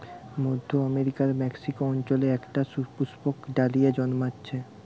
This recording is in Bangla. মধ্য আমেরিকার মেক্সিকো অঞ্চলে একটা সুপুষ্পক ডালিয়া জন্মাচ্ছে